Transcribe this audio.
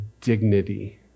dignity